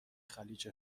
خلیج